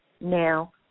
now